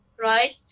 right